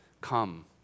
come